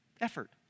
effort